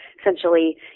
essentially